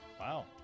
Wow